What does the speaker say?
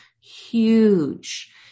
huge